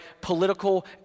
political